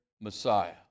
Messiah